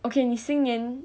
okay 你新年